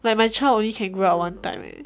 like my child only can grow up one time eh